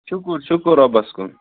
شُکُر شُکُر رۄبَس کُن